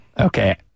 Okay